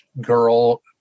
Girl